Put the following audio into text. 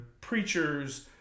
preachers